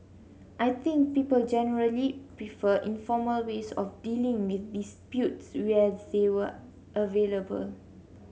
I think people generally prefer informal ways of dealing with disputes where they were available